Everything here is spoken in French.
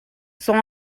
sons